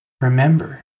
Remember